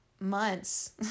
months